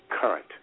current